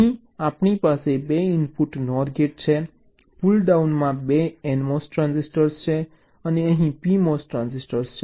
અહીં આપણી પાસે 2 ઇનપુટ NOR ગેટ છે પુલ ડાઉનમાં 2 NMOS ટ્રાન્ઝિસ્ટર છે અને અહીં 2 PMOS ટ્રાન્ઝિસ્ટર છે